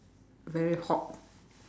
very hot